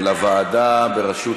לוועדה שלי,